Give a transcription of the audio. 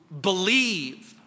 believe